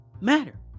matter